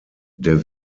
der